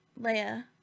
Leia